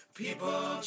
people